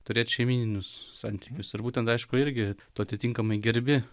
turėt šeimyninius santykius ir būtent aišku irgi tu atitinkamai gerbi